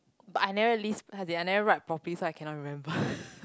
but I never list as in I never write properly so I cannot remember